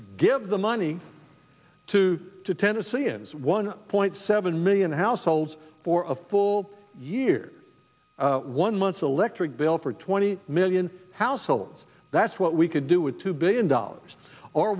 give the money to to tennesseans one point seven million households for a full year one month's electric bill for twenty million households that's what we could do with two billion dollars or